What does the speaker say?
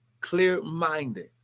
clear-minded